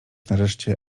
nareszcie